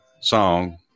song